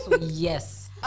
Yes